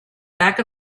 back